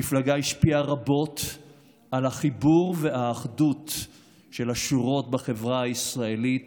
המפלגה השפיעה רבות על החיבור ואחדות השורות בחברה הישראלית